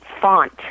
font